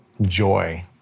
joy